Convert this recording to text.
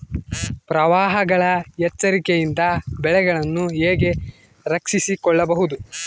ಪ್ರವಾಹಗಳ ಎಚ್ಚರಿಕೆಯಿಂದ ಬೆಳೆಗಳನ್ನು ಹೇಗೆ ರಕ್ಷಿಸಿಕೊಳ್ಳಬಹುದು?